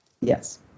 Yes